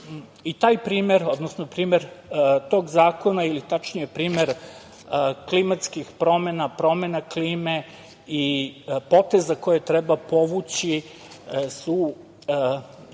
i taj primer, odnosno primer tog zakona, ili tačnije primer klimatskih promena, promena klime i potezi koje treba povući su mesto